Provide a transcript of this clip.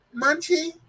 Munchie